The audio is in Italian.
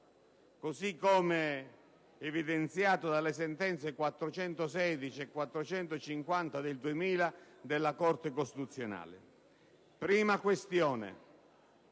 così come evidenziato dalle sentenze nn. 416 e 450 del 2000 della Corte costituzionale. Prima questione: